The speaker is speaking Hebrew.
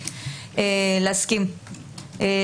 משרד המשפטים,